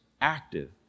active